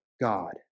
God